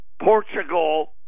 Portugal